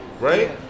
right